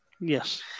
Yes